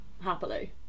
Happily